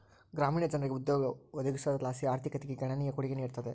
ಗ್ರಾಮೀಣ ಜನರಿಗೆ ಉದ್ಯೋಗ ಒದಗಿಸೋದರ್ಲಾಸಿ ಆರ್ಥಿಕತೆಗೆ ಗಣನೀಯ ಕೊಡುಗೆ ನೀಡುತ್ತದೆ